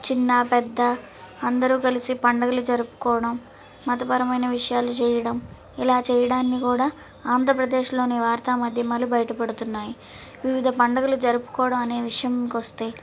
చిన్నా పెద్దా అందరు కలిసి పందుగలు జరుపుకోవడం మతపరమైన విషయాలు చేయడం ఇలా చేయడాన్ని కూడా ఆంధ్రప్రదేశ్లోని వార్తా మాధ్యమాలు బయటపడుతున్నాయి వివిధ పందుగలు జరుపుకోవడం అనే విషయం కొస్తే